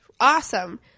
awesome